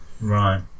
Right